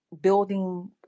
building